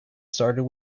started